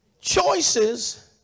Choices